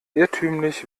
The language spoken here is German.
irrtümlich